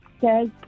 says